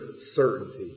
certainty